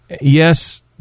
Yes